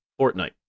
Fortnite